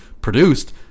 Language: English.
produced